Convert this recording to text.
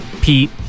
Pete